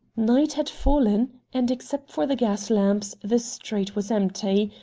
night had fallen, and, except for the gas-lamps, the street was empty,